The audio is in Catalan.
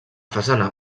façana